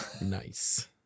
Nice